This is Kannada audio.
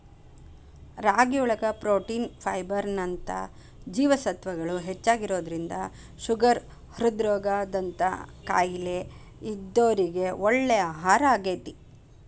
ರಾಗಿಯೊಳಗ ಪ್ರೊಟೇನ್, ಫೈಬರ್ ನಂತ ಜೇವಸತ್ವಗಳು ಹೆಚ್ಚಾಗಿರೋದ್ರಿಂದ ಶುಗರ್, ಹೃದ್ರೋಗ ದಂತ ಕಾಯಲೇ ಇದ್ದೋರಿಗೆ ಒಳ್ಳೆ ಆಹಾರಾಗೇತಿ